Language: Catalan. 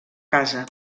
casa